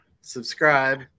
subscribe